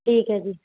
ਠੀਕ ਹੈ ਜੀ